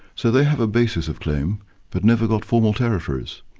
so they have a basis of claim but never got formal territories.